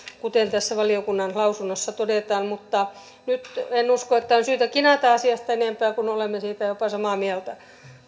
kuten tässä valiokunnan lausunnossa todetaan mutta nyt en usko että on syytä kinata asiasta enempää kun olemme siitä jopa samaa mieltä